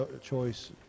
choice